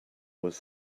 was